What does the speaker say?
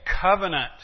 covenant